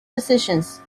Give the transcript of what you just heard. decisions